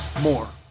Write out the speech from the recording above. more